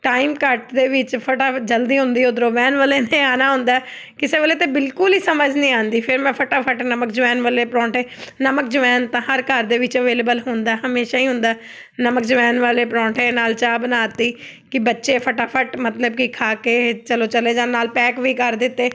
time ਘੱਟ ਦੇ ਵਿੱਚ ਫਟਾ ਜਲਦੀ ਹੁੰਦੀ ਉਧਰੋਂ ਵੈਨ ਵਾਲੇ ਨੇ ਆਉਣਾ ਹੁੰਦਾ ਕਿਸੇ ਵੇਲੇ ਤਾਂ ਬਿਲਕੁਲ ਹੀ ਸਮਝ ਨਹੀਂ ਆਉਂਦੀ ਫਿਰ ਮੈਂ ਫਟਾਫਟ ਨਮਕ ਅਜਵਾਇਣ ਵਾਲੇ ਪਰੌਂਠੇ ਨਮਕ ਅਜਵਾਇਣ ਤਾਂ ਹਰ ਘਰ ਦੇ ਵਿੱਚ ਅਵੇਲੇਬਲ ਹੁੰਦਾ ਹਮੇਸ਼ਾ ਹੀ ਹੁੰਦਾ ਨਮਕ ਅਜਵਾਇਣ ਵਾਲੇ ਪਰੌਂਠੇ ਨਾਲ ਚਾਹ ਬਣਾਤੀ ਕਿ ਬੱਚੇ ਫਟਾਫਟ ਮਤਲਬ ਕਿ ਖਾ ਕੇ ਚਲੋ ਚਲੇ ਜਾਣ ਨਾਲ ਪੈਕ ਵੀ ਕਰ ਦਿੱਤੇ